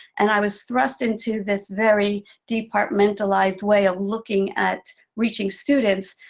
and i was thrust into this very departmentalized way of looking at reaching students.